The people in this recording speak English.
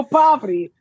poverty